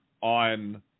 on